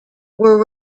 were